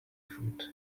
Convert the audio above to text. food